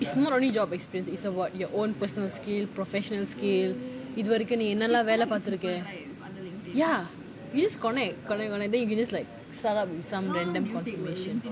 it's not only job experience it's about your own personal skill professional skill இது வரைக்கும் நீ என்னலாம் வேலை பாத்து இருக்க:ithu varaikum nee ennalaam velailaam paathu iruka yes you just connect பண்ணத்தான்:pannathaan then you can just like start up with some random contribution